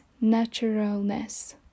naturalness